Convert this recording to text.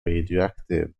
radioactive